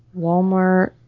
Walmart